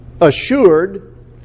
assured